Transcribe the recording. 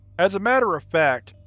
as a matter of fact,